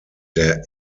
der